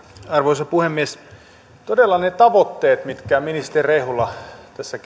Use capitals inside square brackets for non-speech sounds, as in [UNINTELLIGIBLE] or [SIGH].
arvoisa puhemies todella ne tavoitteet mitkä ministeri rehula tässä [UNINTELLIGIBLE]